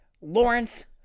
Lawrence